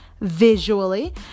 visually